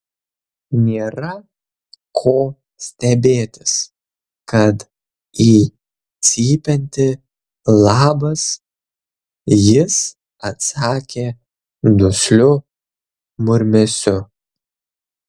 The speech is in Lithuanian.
nėra ko stebėtis kad į cypiantį labas jis atsakė dusliu murmesiu